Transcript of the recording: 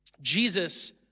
Jesus